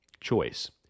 choice